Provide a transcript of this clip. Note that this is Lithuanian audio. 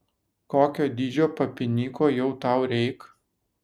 kokio dydžio papinyko jau tau reik